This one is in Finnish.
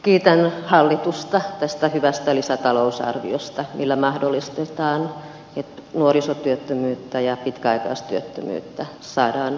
kiitän hallitusta tästä hyvästä lisätalousarviosta millä mahdollistetaan se että nuorisotyöttömyyttä ja pitkäaikaistyöttömyyttä saadaan hillittyä